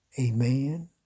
amen